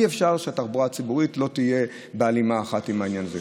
אי-אפשר שהתחבורה הציבורית לא תהיה בהלימה אחת עם העניין.